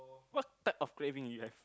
what time of craving you have